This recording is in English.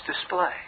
display